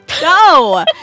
go